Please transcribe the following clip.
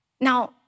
Now